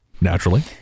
Naturally